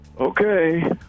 okay